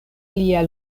lia